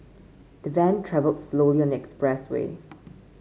the van travelled slowly on expressway